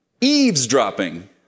eavesdropping